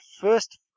first